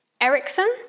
Erickson